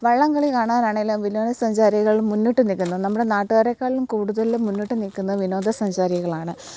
വള്ളംകളി കാണാനാണെല്ലാ വിനോദ സഞ്ചാരികൾ മുന്നിട്ട് നിൽക്കുന്നത് നമ്മുടെ നാട്ടുകാരേക്കാളും കൂടുതലും മുന്നിട്ട് നിൽക്കുന്നത് വിനോദസഞ്ചാരികളാണ്